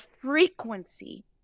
frequency